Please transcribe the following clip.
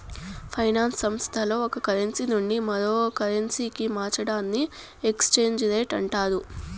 finance సంస్థల్లో ఒక currency నుండి మరో కరెన్సీకి మార్చడాన్ని ఎక్స్చేంజ్ రేట్ అంటారు